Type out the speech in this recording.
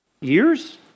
Years